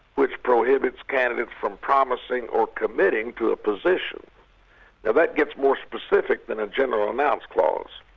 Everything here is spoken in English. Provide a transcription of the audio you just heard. which prohibits candidates from promising or committing to a position. now that gets more specific than a general announce clause.